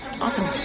Awesome